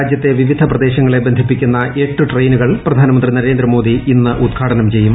രാജ്യത്തെ വിവിധ്യപ്രപ്രദേശങ്ങളെ ബന്ധിപ്പിക്കുന്ന എട്ട് ട്രെയിനുക്കൾ പ്ര്ധാനമന്ത്രി നരേന്ദ്രമോദി ഇന്ന് ഉദ്ഘാടനം ചെയ്യും